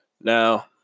Now